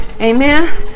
amen